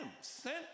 sent